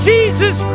Jesus